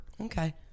Okay